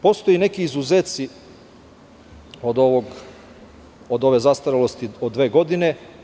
Postoje neki izuzeci od ove zastarelosti od dve godine.